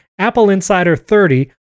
APPLEINSIDER30